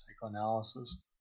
psychoanalysis